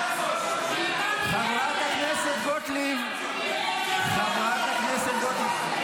חברת הכנסת גוטליב, חברת הכנסת גוטליב.